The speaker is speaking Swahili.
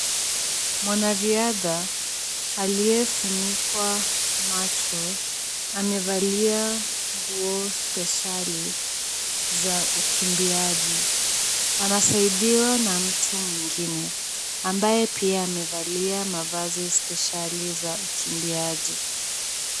Mwanariadha aliyefunikwa macho. Amevalia nguo speshali za ukimbiaji. Anasaidiwa na mtu mwingine ambaye pia amevalia mavazi speshali za ukimbiaji.